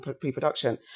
pre-production